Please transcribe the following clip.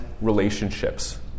relationships